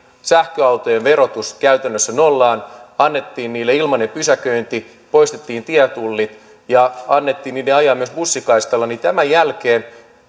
sähköautojen verotus käytännössä nollaan annettiin niille ilmainen pysäköinti poistettiin tietulli ja annettiin niiden ajaa myös bussikaistalla niin tämän jälkeen